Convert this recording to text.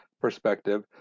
perspective